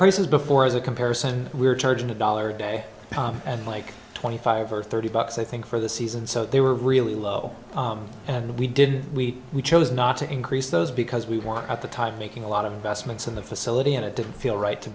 prices before as a comparison we're charging a dollar a day and like twenty five or thirty bucks i think for the season so they were really low and we didn't we we chose not to increase those because we want at the time making a lot of investments in the facility and it didn't feel right to